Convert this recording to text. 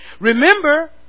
remember